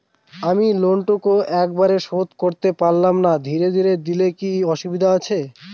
আমি লোনটুকু একবারে শোধ করতে পেলাম না ধীরে ধীরে দিলে কি অসুবিধে আছে?